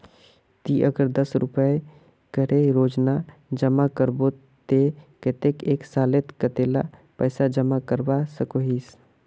ती अगर दस रुपया करे रोजाना जमा करबो ते कतेक एक सालोत कतेला पैसा जमा करवा सकोहिस?